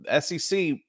SEC